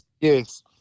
yes